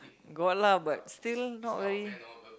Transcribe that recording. got lah but still not really